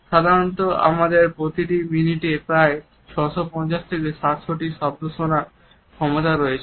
সাধারণত আমাদের প্রতি মিনিটে প্রায় 650 থেকে 700 শব্দ শোনার ক্ষমতা রয়েছে